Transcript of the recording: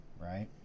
right